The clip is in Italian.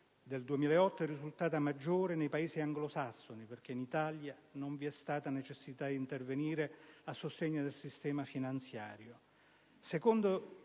del 2008, è risultata maggiore nei Paesi anglosassoni, perché in Italia non vi è stata necessità di intervenire a sostegno del sistema finanziario».